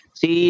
si